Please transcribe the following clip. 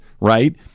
right